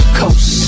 coast